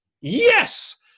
Yes